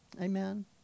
Amen